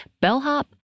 bellhop